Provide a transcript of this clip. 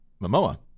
Momoa